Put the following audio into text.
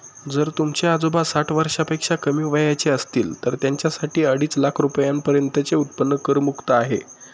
जर तुमचे आजोबा साठ वर्षापेक्षा कमी वयाचे असतील तर त्यांच्यासाठी अडीच लाख रुपयांपर्यंतचे उत्पन्न करमुक्त आहे